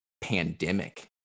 pandemic